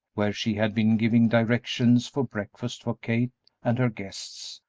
where she had been giving directions for breakfast for kate and her guests.